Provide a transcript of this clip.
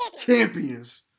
Champions